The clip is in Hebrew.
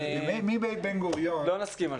אני לא מסכים.